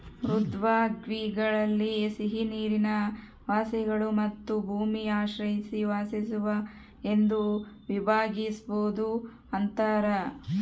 ಮೃದ್ವಂಗ್ವಿಗಳಲ್ಲಿ ಸಿಹಿನೀರಿನ ವಾಸಿಗಳು ಮತ್ತು ಭೂಮಿ ಆಶ್ರಯಿಸಿ ವಾಸಿಸುವ ಎಂದು ವಿಭಾಗಿಸ್ಬೋದು ಅಂತಾರ